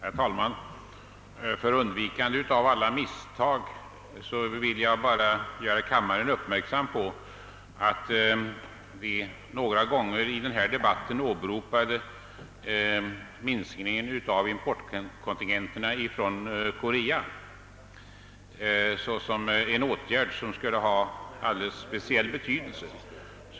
Herr talman! För undvikande av alla missförstånd vill jag göra kammaren uppmärksam på att vi några gånger i denna debatt åberopat minskningen av importkontingenterna från Korea såsom en åtgärd av alldeles speciell betydelse.